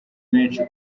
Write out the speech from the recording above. menshi